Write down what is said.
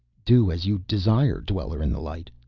do as you desire, dweller in the light.